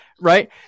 Right